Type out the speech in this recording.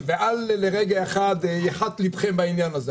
אל לרגע אחד יחת לבכם בעניין הזה,